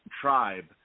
tribe